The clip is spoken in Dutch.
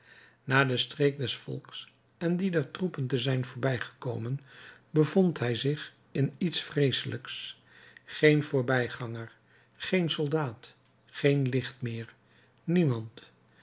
na de streek der volks en die der troepen te zijn voorbijgekomen bevond hij zich in iets vreeselijks geen voorbijganger geen soldaat geen licht meer niemand